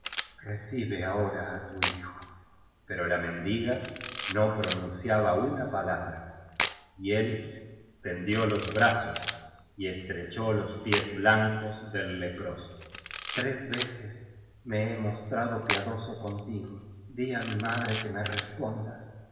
recibe ahora á tu hijo pero la mendiga no pronunciaba una palabra y él tendió los brazos y estrechó los pies blancos del leproso tres veces me he mostrado piadoso contigo di á mi madre que me responda